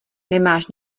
nemáš